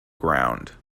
ground